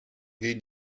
gehen